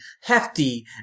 hefty